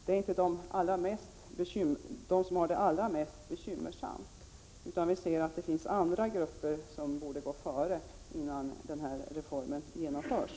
Det är inte de som har det allra mest bekymmersamt. Det finns andra grupper som borde gå före innan den här reformen genomförs.